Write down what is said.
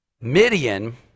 Midian